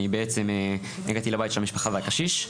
אני בעצם הגעתי לבית של המשפחה והקשיש,